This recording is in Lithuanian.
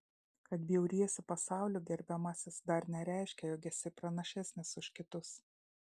kad bjauriesi pasauliu gerbiamasis dar nereiškia jog esi pranašesnis už kitus